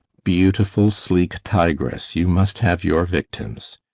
beautiful, sleek tigress, you must have your victims!